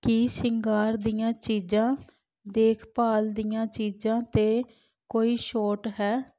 ਕੀ ਸ਼ਿੰਗਾਰ ਦੀਆਂ ਚੀਜ਼ਾਂ ਦੇਖ ਭਾਲ ਦੀਆਂ ਚੀਜ਼ਾਂ 'ਤੇ ਕੋਈ ਛੋਟ ਹੈ